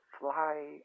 fly